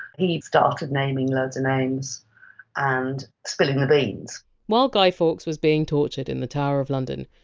he started naming loads names and spilling the beans while guy fawkes was being tortured in the tower of london,